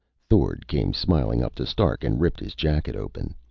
thord came smiling up to stark and ripped his jacket open.